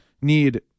need